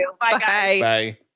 Bye